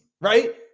right